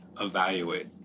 evaluate